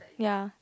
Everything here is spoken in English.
ya